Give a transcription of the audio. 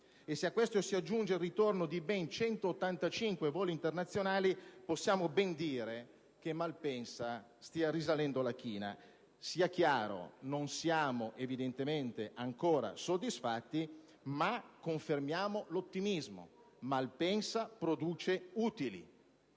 e se a questo si aggiunge il ritorno di ben 185 voli internazionali possiamo ben dire che Malpensa stia risalendo la china. Sia chiaro, non siamo evidentemente ancora soddisfatti, ma confermiamo l'ottimismo: Malpensa produce utili.